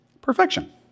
perfection